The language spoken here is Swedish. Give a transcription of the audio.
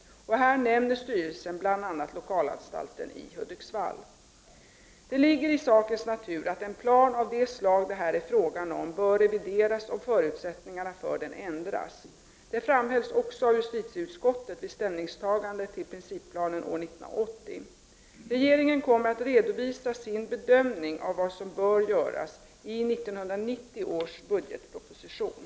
Här nämner styrelsen bl.a. lokalanstalten i Hudiksvall. Det ligger i sakens natur att en plan av det slag det här är fråga om bör revideras om förutsättningarna för den ändras. Det framhölls också av justitieutskottet vid ställningstagandet till principplanen år 1980. Regeringen kommer att i 1990 års budgetproposition redovisa sin bedömning av vad som bör göras.